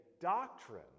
doctrine